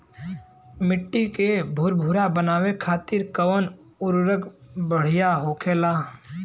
मिट्टी के भूरभूरा बनावे खातिर कवन उर्वरक भड़िया होखेला?